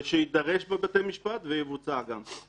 ושיידרש בבתי משפט ויבוצע גם.